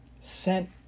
sent